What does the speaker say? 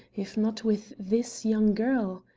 if not with this young girl?